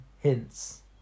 hints